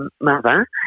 mother